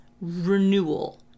renewal